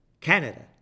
Canada